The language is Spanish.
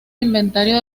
inventario